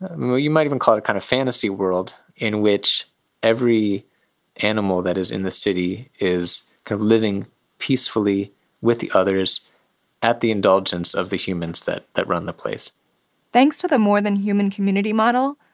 well you might even call it a kind of fantasy world, in which every animal that is in the city is kind of living peacefully with the others at the indulgence of the humans that that run the place thanks to the more-than-human community model,